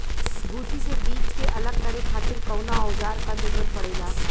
भूसी से बीज के अलग करे खातिर कउना औजार क जरूरत पड़ेला?